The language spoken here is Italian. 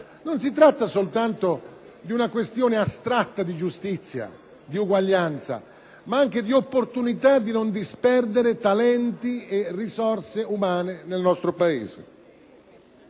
Non si tratta soltanto di una questione astratta di giustizia, di uguaglianza, ma anche di opportunita, al fine di non disperdere talenti e risorse umane nel nostro Paese.